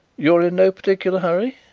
you are in no particular hurry?